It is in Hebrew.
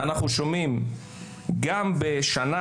אנחנו שומעים גם בשנה